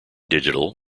digital